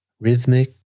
rhythmic